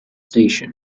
station